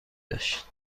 داشت